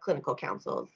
clinical councils.